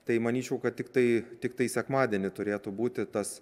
tai manyčiau kad tiktai tiktai sekmadienį turėtų būti tas